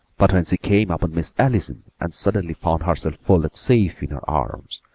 but when she came upon miss allison, and suddenly found herself folded safe in her arms,